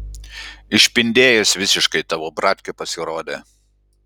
išpindėjęs visiškai tavo bratkė pasirodė